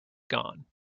gone